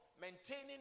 maintaining